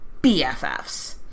BFFs